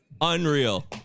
Unreal